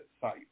site